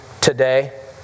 today